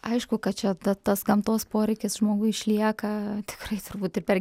aišku kad čia ta tas gamtos poreikis žmogui išlieka tikrai svarbu tik per